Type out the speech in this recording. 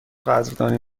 قدردانی